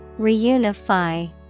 Reunify